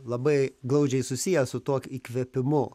labai glaudžiai susiję su tuo įkvėpimu